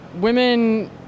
women